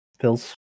Phil's